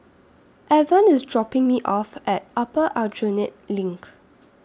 Avon IS dropping Me off At Upper Aljunied LINK